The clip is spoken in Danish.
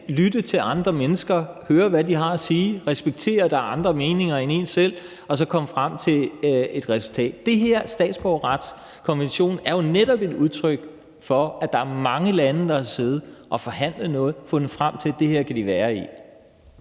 lytte til andre mennesker, høre, hvad de har at sige, respektere, at der er andre meninger end ens egen, og så komme frem til et resultat. Den her statsborgerretskonvention er jo netop et udtryk for, at der er mange lande, der har siddet og forhandlet noget og har fundet frem til, at det her kan de være i.